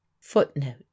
Footnote